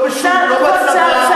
לשלב אותם לא בשוק העבודה,